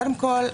קודם כול,